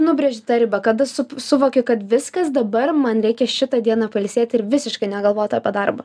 nubrėži tą ribą kada su suvoki kad viskas dabar man reikia šitą dieną pailsėt ir visiškai negalvot apie darbą